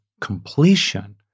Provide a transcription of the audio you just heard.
completion